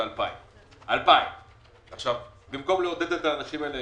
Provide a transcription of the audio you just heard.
שזה 2,000. במקום לעודד את האנשים לבוא,